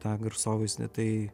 tą garsovaizdį tai